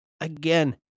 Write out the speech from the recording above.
Again